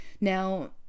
Now